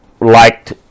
liked